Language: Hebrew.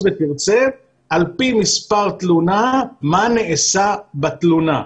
ותרצה על פי מספר תלונה מה נעשה בתלונה.